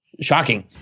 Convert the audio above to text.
shocking